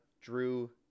Drew